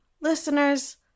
listeners